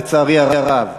לצערי הרב,